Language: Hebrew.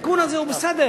התיקון הזה הוא בסדר,